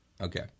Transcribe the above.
Okay